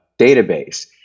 database